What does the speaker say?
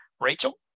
Rachel